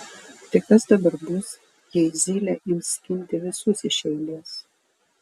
tai kas dabar bus jei zylė ims skinti visus iš eilės